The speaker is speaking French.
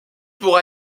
pour